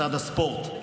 משרד הספורט,